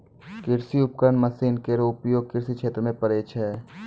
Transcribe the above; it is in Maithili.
कृषि उपकरण मसीन केरो प्रयोग कृषि क्षेत्र म पड़ै छै